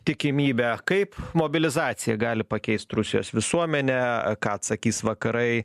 tikimybę kaip mobilizacija gali pakeist rusijos visuomenę ką atsakys vakarai